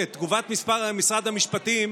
תגובת משרד המשפטים,